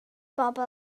bobl